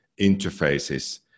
interfaces